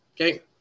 Okay